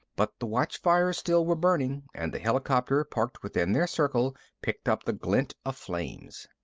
but the watchfires still were burning and the helicopter, parked within their circle, picked up the glint of flames.